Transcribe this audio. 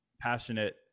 passionate